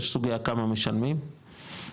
יש סוגייה כמה משלמים וכמובן,